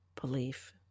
belief